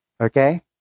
okay